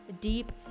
deep